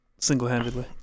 single-handedly